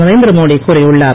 நரேந்திர மோடி கூறியுள்ளார்